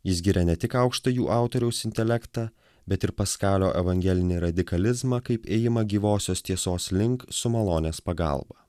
jis giria ne tik aukštą jų autoriaus intelektą bet ir paskalio evangelinį radikalizmą kaip ėjimą gyvosios tiesos link su malonės pagalba